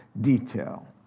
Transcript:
detail